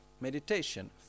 meditation